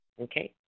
okay